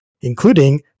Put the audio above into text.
including